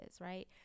right